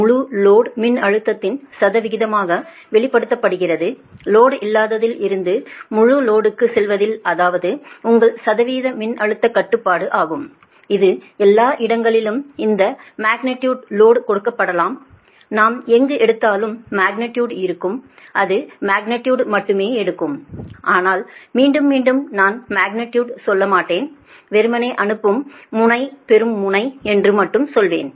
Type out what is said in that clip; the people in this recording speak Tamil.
முழு லோடு மின்னழுத்தத்தின் சதவிகிதமாக வெளிப்படுத்தப்படுகிறது லோடு இல்லாததில் இருந்து முழு லோடுக்கு செல்வதில் அதாவதுஉங்கள் சதவீத மின்னழுத்த கட்டுப்பாடு ஆகும் இது எல்லா இடங்களிலும் இந்த மக்னிடியுடு லோடாக கொடுக்கப்படலாம் நாம் எங்கு எடுத்தாலும் மக்னிடியுடு இருக்கும் அது மக்னிடியுடு மட்டுமே எடுக்கும் ஆனால் மீண்டும் மீண்டும் நான் மக்னிடியுடு சொல்ல மாட்டேன் வெறுமனே அனுப்பும் முனை பெறும் முனை என்று மட்டும் சொல்வேன்